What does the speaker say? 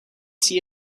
see